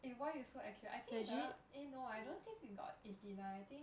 eh why you so accurate I think I cannot eh no I don't think we got eighty nine I think